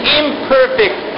imperfect